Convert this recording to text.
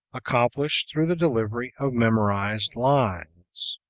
accomplished through the delivery of memorized lines.